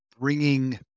bringing